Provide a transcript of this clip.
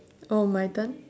oh my turn